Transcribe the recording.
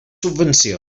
subvenció